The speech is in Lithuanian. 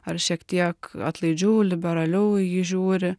ar šiek tiek atlaidžiau liberaliau į jį žiūri